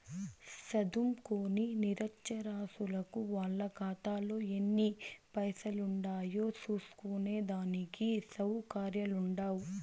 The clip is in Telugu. సదుంకోని నిరచ్చరాసులకు వాళ్ళ కాతాలో ఎన్ని పైసలుండాయో సూస్కునే దానికి సవుకర్యాలుండవ్